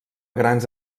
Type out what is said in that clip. grans